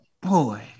boy